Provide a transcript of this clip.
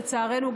לצערנו,